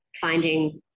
finding